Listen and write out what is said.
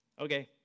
Okay